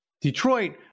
Detroit